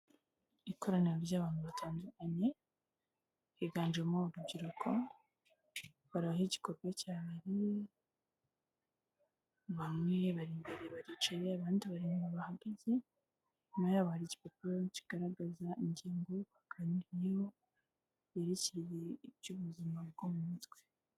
Ikoraniro ry'abantu batandukanye, higanjemo urubyiruko, bari aho igikorwa cyabereye, bamwe bari imbere baricaye, abandi bari inyuma barahagaze, inyuma yabo hari igipapuro kigaragaza ingingo baganiriyeho, yerekeye iby'ubuzima bwo mu mutwe.